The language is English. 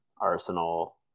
Arsenal